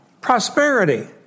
prosperity